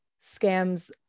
scams